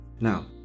Now